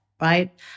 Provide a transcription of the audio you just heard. Right